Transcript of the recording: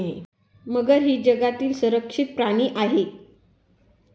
मगर ही जगातील संरक्षित प्राणी आहे